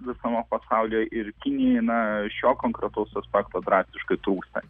visame pasaulyje ir kinijai na šio konkretaus aspekto drastiškai trūksta